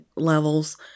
levels